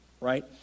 Right